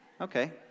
Okay